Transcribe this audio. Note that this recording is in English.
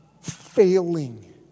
failing